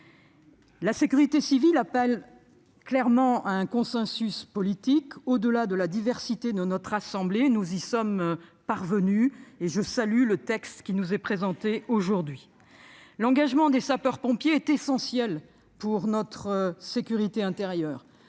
La sécurité civile appelle clairement un consensus politique. Par-delà la diversité de notre assemblée, nous y sommes parvenus, et je salue le texte qui nous est présenté aujourd'hui. L'engagement des sapeurs-pompiers est essentiel pour notre sécurité intérieure.